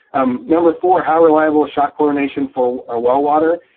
um number four, how reliable is shock chlorination for our well water?